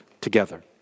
together